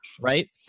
right